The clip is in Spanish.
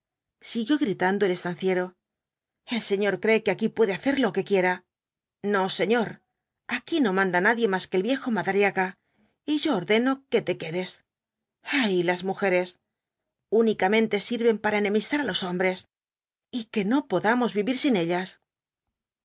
siguió gritando el estanciero el señor cree que aquí puede hacer lo que quiera no señor aquí no manda nadie más que el viejo madariaga y yo ordeno que te quedes ay las mujeres únicamente sirven para enemistar á los hombres y que no podamos vivir sin ellas